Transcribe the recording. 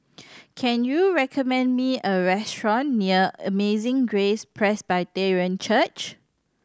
can you recommend me a restaurant near Amazing Grace Presbyterian Church